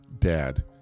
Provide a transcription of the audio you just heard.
Dad